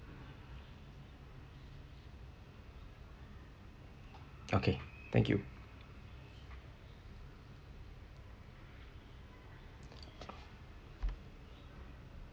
okay thank you